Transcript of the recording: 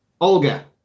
Olga